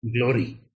glory